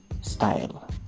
Style